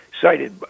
cited